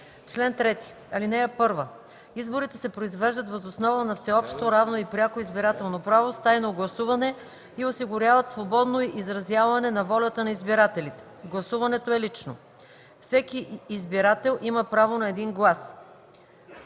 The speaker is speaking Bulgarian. „Чл. 3. (1) Изборите се произвеждат въз основа на всеобщо, равно и пряко избирателно право с тайно гласуване и осигуряват свободно изразяване на волята на избирателите. Гласуването е лично. (2) Всеки избирател има право на един глас.